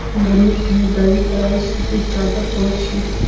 गर्मीत हामी डाई कराल सूती चादर ओढ़ छि